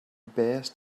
best